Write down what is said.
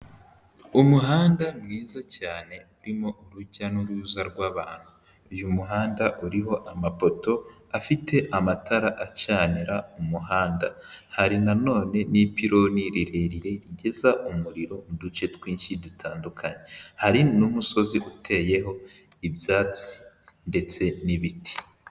Umuhanda mwiza cyane urimo urujya n'uruza rw'abantu. Uyu muhanda uriho amapoto afite amatara acanira umuhanda .Hari nanone n'ipiloni rirerire rigeza umuriro mu duce twinshi dutandukanye. Hari n'umusozi uteyeho ibyatsi ndetse n'ibiti.